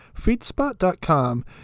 Feedspot.com